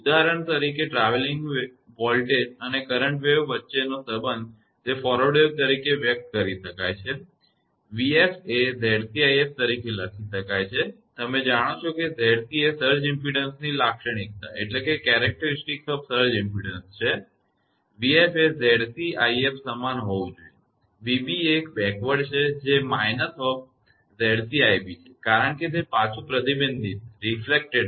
ઉદાહરણ તરીકે travelling voltage અને કરંટ વેવ વચ્ચેનો સંબંધ તે ફોરવર્ડ વેવ તરીકે વ્યક્ત કરી શકાય છે 𝑣𝑓 એ 𝑍𝑐𝑖𝑓 તરીકે લખી શકાય છે તમે જાણો છો કે 𝑍𝑐એ સર્જ ઇમપેડન્સની લાક્ષણિકતા છે 𝑣𝑓 એ 𝑍𝑐𝑖𝑓 સમાન હોવું જોઈએ અને 𝑣𝑏 એ એક બેકવર્ડ છે જે −𝑍𝑐𝑖𝑏 છે કારણ કે તે પાછુ પ્રતિબિંબિત થાય છે